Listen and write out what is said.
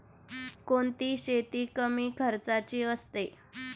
कोणती शेती कमी खर्चाची असते?